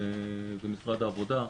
ומשרד העבודה,